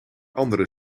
andere